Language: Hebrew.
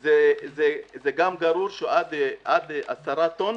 זה גרור עד 10 טון,